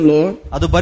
Lord